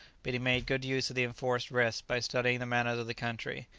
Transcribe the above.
but he made good use of the enforced rest by studying the manners of the country,